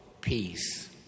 peace